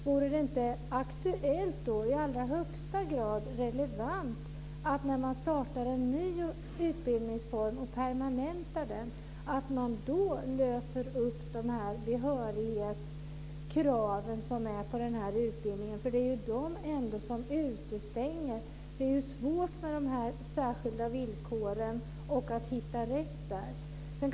Vore det inte aktuellt och i allra högsta grad relevant när man startar en ny utbildningsform och permanentar den att då lösa behörighetskraven för utbildningen? De är ändå de som utestänger. Det är svårt med de särskilda villkoren och att hitta rätt där.